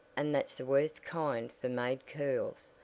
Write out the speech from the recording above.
and that's the worst kind for made curls,